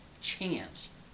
chance